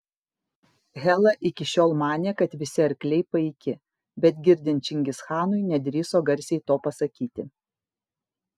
hela iki šiol manė kad visi arkliai paiki bet girdint čingischanui nedrįso garsiai to pasakyti